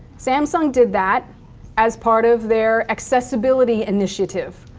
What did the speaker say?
samsung did that as part of their accessibility initiative,